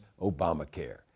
Obamacare